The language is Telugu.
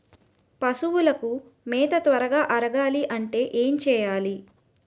పశువులకు మేత త్వరగా అరగాలి అంటే ఏంటి చేయాలి?